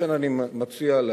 לכן, אני מציע להסיר,